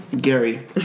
Gary